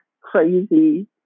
crazy